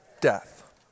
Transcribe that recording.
Death